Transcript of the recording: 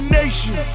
nation